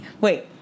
Wait